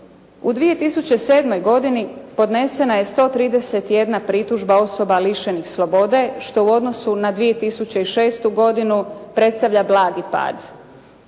U 2007. godini podnesena je 131 pritužba osoba lišenih slobode što u odnosu na 2006. godinu predstavlja blagi pad.